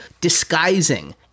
disguising